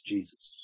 Jesus